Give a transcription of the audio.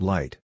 Light